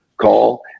call